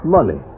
Money